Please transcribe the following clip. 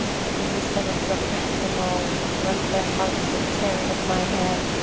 and in the senate reprehend them all, and rent their hearts with tearing of my hair,